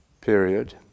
period